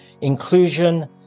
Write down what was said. Inclusion